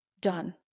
done